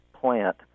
plant